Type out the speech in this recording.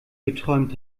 geträumt